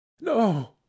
No